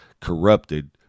corrupted